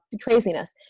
craziness